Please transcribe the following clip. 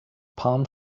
palm